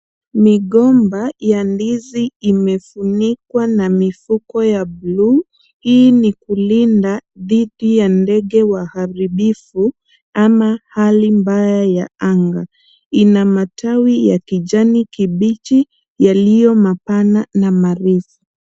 Migomba ya ndizi imefunikwa na mifuko ya buluu ,hii ni kulinda dhidi ya ndege waharibifu ama hali mbaya ya anga. Ina matawi ya kijani kibichi yaliyo mapana na marefu.